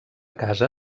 casa